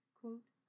quote